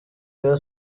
rayon